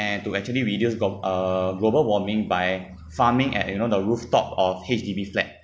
and to actually reduce gob~ uh global warming by farming at you know the rooftop of H_D_B flat